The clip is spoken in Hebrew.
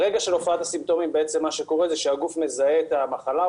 ברגע הופעת הסימפטומים מה שקורה שהגוף מזהה את המחלה,